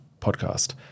podcast